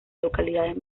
localidades